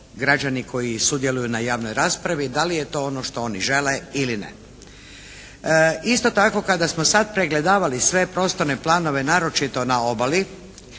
građani koji sudjeluju na javnoj raspravi, da li je to ono što oni žele ili ne. Isto tako kada smo sad pregledavali sve prostorne planove naročito na obali